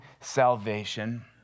salvation